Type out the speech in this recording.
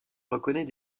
reconnaît